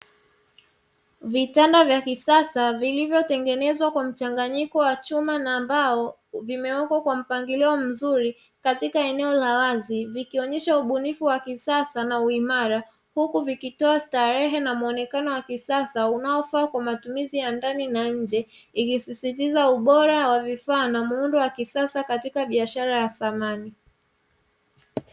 Vitanda vya kisasa vilivyotengenezwa kwa mchanganyiko wa chuma na mbao vimewekwa kwa mpangilio mzuri katika eneo la wazi, vikionyesha ubunifu wa kisasa na uimara; huku vikitoa starehe na muonekano wa kisasa unaofaa kwa matumizi ya ndani na nje, ukisisitiza ubora wa vifaa na muundo wa kisasa katika biashara ya samani.